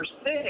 six